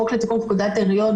החוק לתיקון פקודת העיריות,